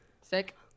Sick